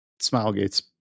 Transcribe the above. SmileGate's